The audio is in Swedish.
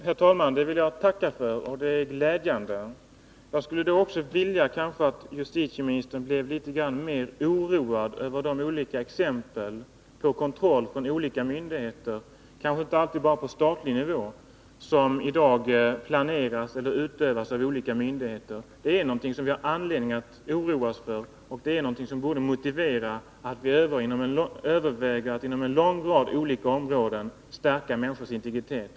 Herr talman! Det vill jag tacka för, och det är glädjande. Jag skulle också vilja att justitieministern blev litet mer oroad över de olika exempel på kontroll som i dag planeras eller utövas av olika myndigheter — inte alltid bara på statlig nivå. Det är någonting som vi har anledning att oroa oss för, och det är någonting som borde motivera att vi överväger att inom en lång rad olika områden stärka människors integritet.